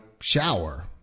Shower